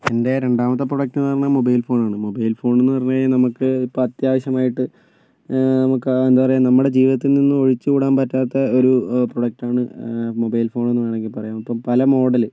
എൻ്റെ രണ്ടാമത്തെ പ്രോഡക്ട് എന്ന് പറയുന്നത് മൊബൈൽ ഫോണാണ് ഫോണെന്ന് പറഞ്ഞ് കഴിഞ്ഞാൽ നമുക്ക് ഇപ്പോൾ അത്യാവശ്യമായിട്ട് നമുക്ക് എന്താ പറയുക നമ്മുടെ ജീവിതത്തിൽ നിന്ന് ഒഴിച്ചുകൂടാൻ പറ്റാത്ത ഒരു പ്രോഡക്ട് ആണ് മൊബൈൽ ഫോണെന്ന് വേണമെങ്കിൽ പറയാം ഇപ്പോൾ പല മോഡൽ